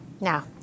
Now